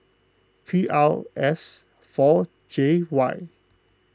P R S four J Y